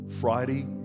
Friday